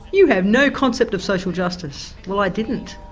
you have no concept of social justice. well i didn't,